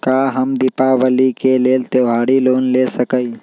का हम दीपावली के लेल त्योहारी लोन ले सकई?